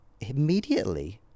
immediately